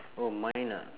oh mine ah